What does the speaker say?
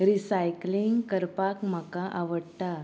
recycling करपाक म्हाका आवडटा